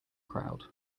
crowd